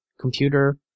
computer